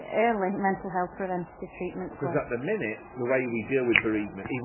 and like mental health preventative treatment, because at the minute, the way we deal with bereavement,